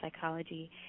Psychology